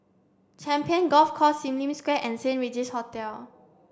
Champions Golf Course Sim Lim Square and Saint Regis Hotel